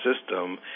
system